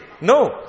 No